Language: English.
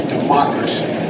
Democracy